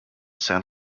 san